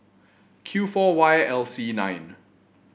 Q four Y L C nine